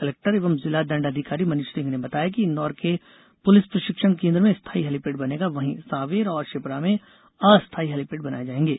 collector एवं जिला दण्डाधिकारी मनीष सिंह ने बताया कि इंदौर के पुलिस प्रषिक्षण केंद्र में स्थायी हेलीपेड बनेगा वहीं सांवेर और क्षिप्रा में अस्थाई हेलीपेड बनाए जाएंगे